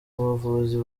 bavuzi